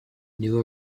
new